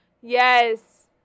yes